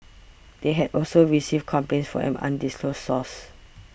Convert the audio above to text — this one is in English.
they had also received complaints from an undisclosed source